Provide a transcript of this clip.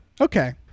okay